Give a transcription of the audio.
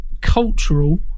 cultural